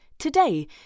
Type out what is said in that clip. Today